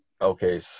Okay